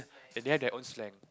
and they have their own slang